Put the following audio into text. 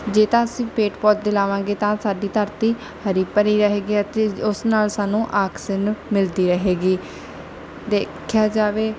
ਜੇ ਤਾਂ ਅਸੀਂ ਪੇੜ ਪੌਦੇ ਲਗਾਵਾਂਗੇ ਤਾਂ ਸਾਡੀ ਧਰਤੀ ਹਰੀ ਭਰੀ ਰਹੇਗੀ ਅਤੇ ਜ ਉਸ ਨਾਲ ਸਾਨੂੰ ਆਕਸੀਜਨ ਮਿਲਦੀ ਰਹੇਗੀ ਦੇਖਿਆ ਜਾਵੇ